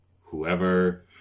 whoever